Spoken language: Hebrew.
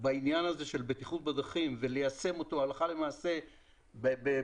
בעניין הזה של בטיחות בדרכים וליישם אותו הלכה למעשה בחוק,